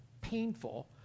painful